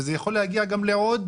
וזה יכול להגיע גם לעוד,